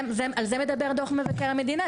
על זה מדבר דוח מבקר המדינה.